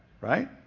right